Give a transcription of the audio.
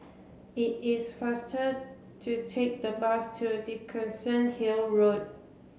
it is faster to take the bus to Dickenson Hill Road